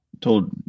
told